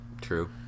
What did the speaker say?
true